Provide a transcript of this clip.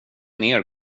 ner